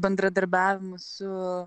bendradarbiavimu su